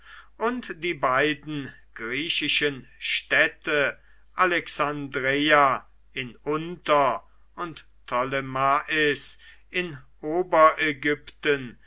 und die beiden griechischen städte alexandreia in unter und ptolemais in